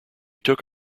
took